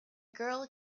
girl